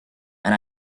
and